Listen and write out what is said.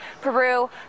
Peru